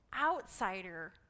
outsider